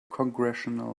congressional